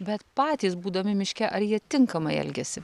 bet patys būdami miške ar jie tinkamai elgiasi